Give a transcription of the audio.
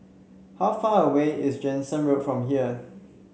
how far away is Jansen Road from here